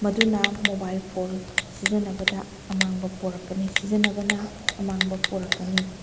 ꯃꯗꯨꯅ mobile phone ꯁꯤꯖꯟꯅꯕꯗ ꯑꯃꯥꯡꯕ ꯄꯣꯔꯛꯀꯅꯤ ꯁꯤꯖꯟꯅꯕꯅ ꯑꯃꯥꯡꯕ ꯄꯣꯔꯛꯀꯅꯤ